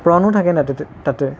প্ৰনো থাকে নাই তিতে তাতে